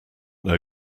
know